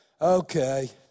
okay